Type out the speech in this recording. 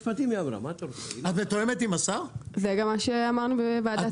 זה גם מה שאמרנו בוועדת שרים.